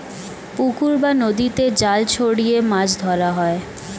পুকুর বা নদীতে জাল ছড়িয়ে মাছ ধরা হয়